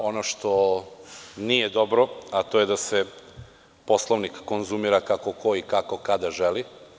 Ono što nije dobro, a to je da se Poslovnik konzumira kako ko i kako kada želi.